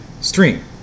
stream